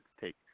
take